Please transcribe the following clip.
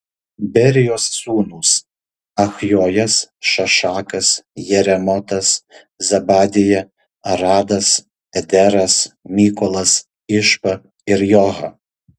berijos sūnūs achjojas šašakas jeremotas zebadija aradas ederas mykolas išpa ir joha